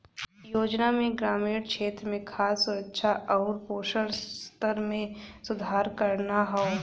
योजना में ग्रामीण क्षेत्र में खाद्य सुरक्षा आउर पोषण स्तर में सुधार करना हौ